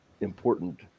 important